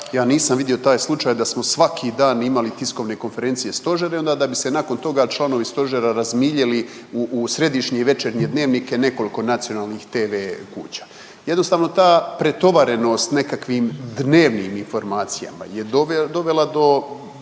ja nisam vidio taj slučaj da smo svaki dan imali tiskovne konferencije stožera i onda da bi se nakon toga članovi stožera razmiljili u središnje i večernje dnevnike nekoliko nacionalnih tv kuća. Jednostavno ta pretovarenost nekakvim dnevnim informacija je dovela do